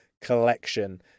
collection